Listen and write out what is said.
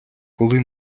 коли